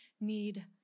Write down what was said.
need